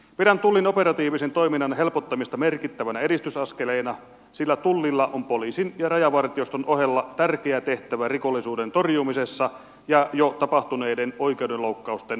pidän tullin operatiivisen toiminnan helpottamista merkittävänä edistysaskeleena sillä tullilla on poliisin ja rajavartioston ohella tärkeä tehtävä rikollisuuden torjumisessa ja jo tapahtuneiden oikeudenloukkausten selvittämisessä